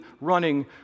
running